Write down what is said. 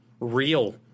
real